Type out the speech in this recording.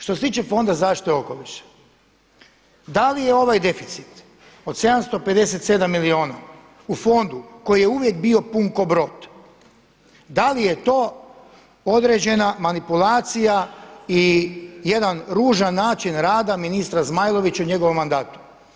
Što se tiče Fonda za zaštitu okoliša, da li je ovo deficit od 757 milijuna u fondu koji je uvijek bio pun ko brod, da li je to određena manipulacija i jedan ružan način rada ministra Zmajlovića u njegovom mandatu?